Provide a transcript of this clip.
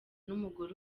n’umugore